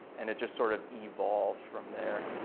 and it just sort of evolved from there.